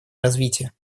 развития